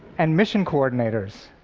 and mission coordinators.